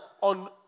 on